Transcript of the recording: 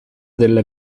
della